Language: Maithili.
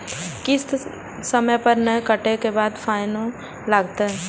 किस्त समय पर नय कटै के बाद फाइनो लिखते?